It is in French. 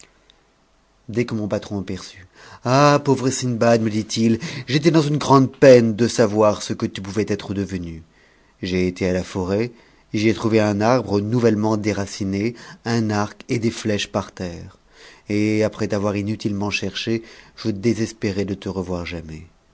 dès que mon patron m'aperçut a ah pauvre sindbad medit i j'étais dans une grande peine de savoir ce que tu pouvais être devenu j'ai été à la forêt j'y ai trouvé un arbre nouvellement déraciné un arc et des sèches par terre et après t'avoir inutilement cherché je désespérais de te revoir jamais